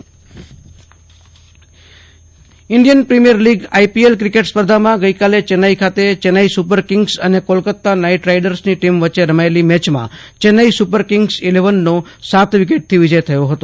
Ashutosh Antani cricket IPL Indian premier league IPL cricket સ્પર્ધામાં ગઈકાલે ચેન્નાઈ ખાતે ચેન્નાઈ સુપર ક્રિંગ્સ અને કોલકોતા નાઈટ રાઈડર્સની ટીમ વચ્ચે રમાયેલી મેચમાં ચેન્નાઈ સુપર કિંગ્સ ઈલેવનનો સાત વિકેટથી વિજય થયો હતો